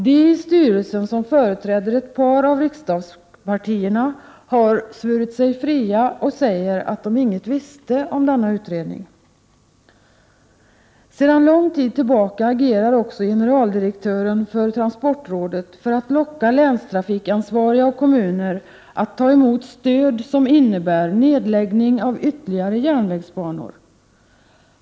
De i styrelsen som företräder ett par av riksdagspartierna har svurit sig fria och säger att de inget visste om denna utredning. Sedan lång tid tillbaka agerar också generaldirektören för transportrådet för att locka länstrafikansvariga och kommuner att ta emot stöd som innebär nedläggning av ytterligare järnvägsbanor.